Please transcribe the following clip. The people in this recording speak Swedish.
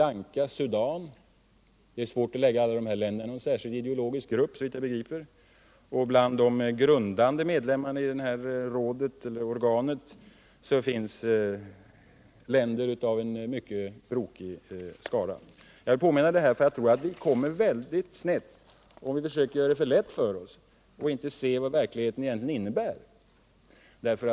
Såvitt jag begriper är det svårt att hänföra alla de länderna till en särskild, ideologisk grupp. Och bland de grundande medlemmarna i detta organ finns länder som utgör en mycket brokig skara. Jag vill påminna om detta därför att jag tror att vi kommer alldeles snett, om vi försöker göra det för lätt för oss och inte ser vad verkligheten innebär.